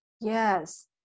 Yes